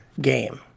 game